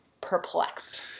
perplexed